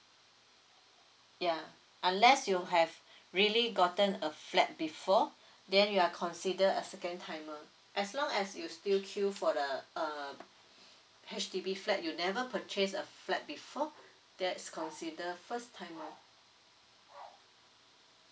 yeah unless you have really gotten a flat before then you are considered a second timer as long as you still queue for the err H_D_B flat you never purchased a flat before that's considered first timer